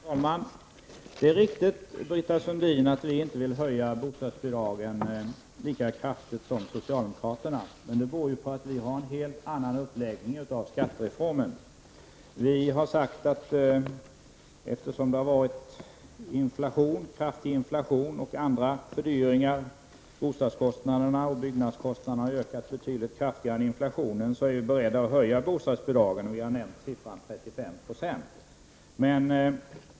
Herr talman! Det är riktigt, Britta Sundin, att vi inte vill höja bostadsbidragen lika kraftigt som socialdemokraterna. Det beror på att vi har en helt annan uppläggning av skattereformen. Vi har sagt att eftersom det har varit en kraftig inflation och andra fördyringar — boendekostnaderna och byggnadskostnaderna har ökat mycket kraftigt — är vi böjda att höja bostadsbidragen. Vi har nämnt siffran 35 20.